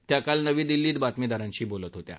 त्या काल नवी दिल्लीत बातमीदारांशी बोलत होत्या